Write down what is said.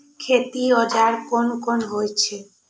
खेती औजार कोन कोन होई छै?